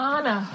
Anna